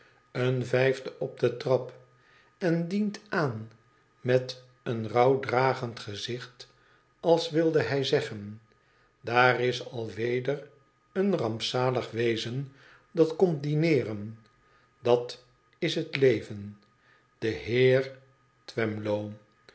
een vijfde op de trap en dient aan met een rouwdragend gezicht als wilde hij zeggen idaar is alweder een rampzalig wezen dat komt dineeren dat is het leven p t de heer